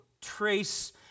trace